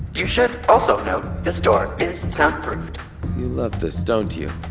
you should also note this door is sound-proofed you love this, don't you?